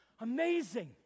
amazing